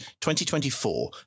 2024